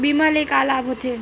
बीमा ले का लाभ होथे?